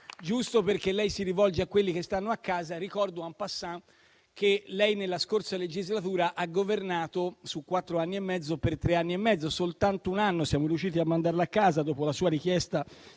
Giusto perché lei si rivolge a quelli che stanno a casa, ricordo *en passant* che lei nella scorsa legislatura ha governato, su quattro anni e mezzo, per tre anni e mezzo. Soltanto un anno siamo riusciti a mandarla a casa dopo la sua richiesta